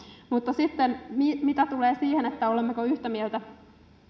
mutta mitä tulee sitten siihen olemmeko yhtä mieltä